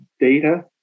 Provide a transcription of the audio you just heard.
data